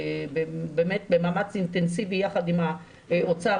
במאמץ אינטנסיבי יחד עם האוצר,